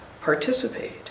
participate